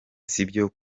sibyo